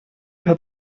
hat